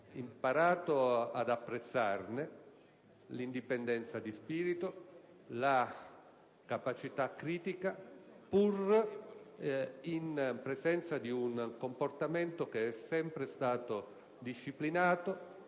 imparato ad apprezzare l'indipendenza di spirito e la capacità critica, pur espresse con un comportamento che è sempre stato disciplinato